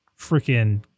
freaking